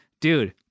dude